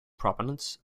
proponents